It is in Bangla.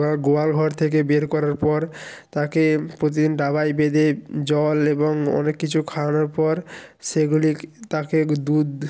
গোয়াল ঘর থেকে বের করার পর তাকে প্রতিদিন দাওয়ায় বেঁধে জল এবং অনেক কিছু খাওয়ানোর পর সেইগুলি তাকে দুধ